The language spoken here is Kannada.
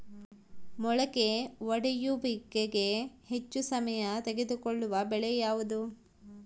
ಮೊಳಕೆ ಒಡೆಯುವಿಕೆಗೆ ಹೆಚ್ಚು ಸಮಯ ತೆಗೆದುಕೊಳ್ಳುವ ಬೆಳೆ ಯಾವುದು?